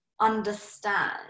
understand